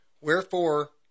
Wherefore